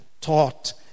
taught